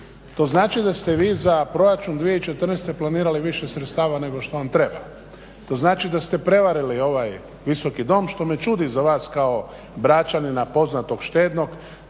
To znači da ste vi za proračun 2014. planirali više sredstava nego što vam treba, to znači da ste prevarili ovaj Visoki dom, što ne čudi za vas kao Bračanina, poznatog štedljivog